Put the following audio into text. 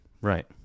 right